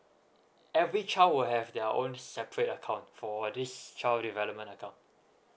every child will have their own separate account for these child development account